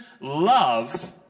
love